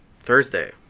Thursday